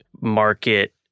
market